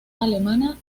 alemana